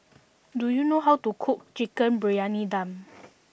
do you know how to cook Chicken Briyani Dum